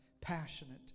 passionate